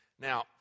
now